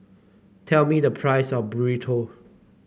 tell me the price of Burrito